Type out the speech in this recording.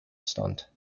stunt